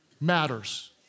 matters